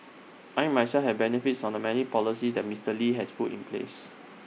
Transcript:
I myself have benefited from the many policies that Mister lee has put in place